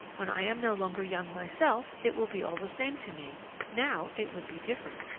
when i am no longer young myself, it will be all the same to me now it would be different.